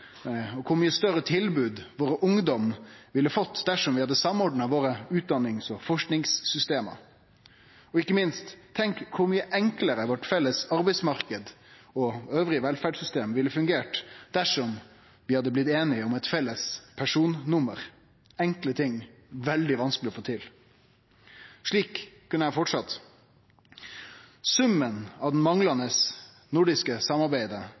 og kor mykje større tilbod ungdommen vår ville fått, dersom vi hadde samordna utdannings- og forskingssystema våre. Ikkje minst: Tenk kor mykje enklare vår felles arbeidsmarknad og velferdssystemet elles ville fungert dersom vi hadde blitt einige om eit felles personnummer. Dette er enkle ting, men veldig vanskeleg å få til. Slik kunne eg ha fortsett. Summen av det manglande nordiske samarbeidet